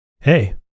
hey